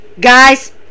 guys